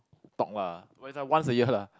talk lah but it's a once year lah